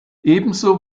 ebenso